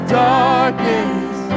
darkness